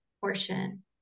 portion